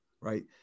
right